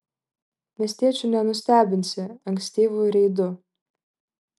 miestiečių nenustebinsi ankstyvu reidu